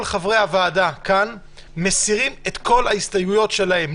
כל חברי הוועדה כאן מסירים את כל ההסתייגויות שלהם,